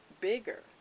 bigger